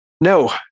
No